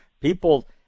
people